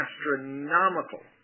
astronomical